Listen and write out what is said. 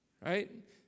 Right